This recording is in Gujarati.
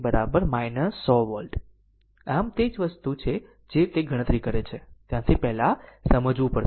આમ તે જ વસ્તુ છે તે ગણતરી છે ત્યાંથી પહેલા સમજવું પડશે